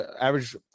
average